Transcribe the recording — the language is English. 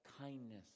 kindness